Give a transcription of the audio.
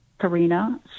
Karina